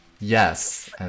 Yes